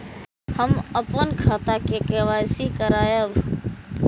हम अपन खाता के के.वाई.सी के करायब?